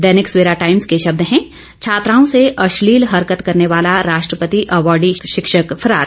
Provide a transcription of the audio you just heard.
दैनिक Savera Times के शब्द हैं छात्राओं से अश्लील हरकत करने वाला राष्ट्रपति अवार्डी शिक्षक फरार